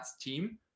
team